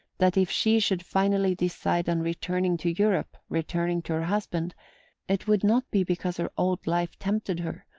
that if she should finally decide on returning to europe returning to her husband it would not be because her old life tempted her,